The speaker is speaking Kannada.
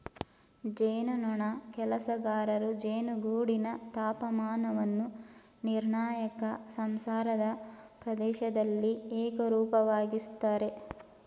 ಜೇನುನೊಣ ಕೆಲಸಗಾರರು ಜೇನುಗೂಡಿನ ತಾಪಮಾನವನ್ನು ನಿರ್ಣಾಯಕ ಸಂಸಾರದ ಪ್ರದೇಶ್ದಲ್ಲಿ ಏಕರೂಪವಾಗಿಸ್ತರೆ